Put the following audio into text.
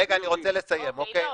רגע, אני רוצה לסיים את דבריי.